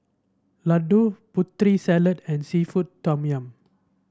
laddu Putri Salad and seafood Tom Yum